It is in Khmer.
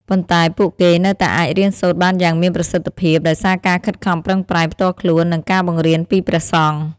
ប៉ុន្តែពួកគេនៅតែអាចរៀនសូត្របានយ៉ាងមានប្រសិទ្ធភាពដោយសារការខិតខំប្រឹងប្រែងផ្ទាល់ខ្លួននិងការបង្រៀនពីព្រះសង្ឃ។